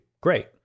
Great